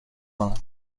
کنم